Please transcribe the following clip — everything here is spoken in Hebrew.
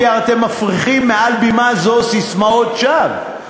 כי אתם מפריחים מעל בימה זו ססמאות שווא,